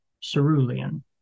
cerulean